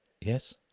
Yes